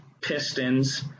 Pistons